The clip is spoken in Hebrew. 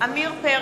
(קוראת בשמות חברי הכנסת) עמיר פרץ,